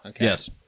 Yes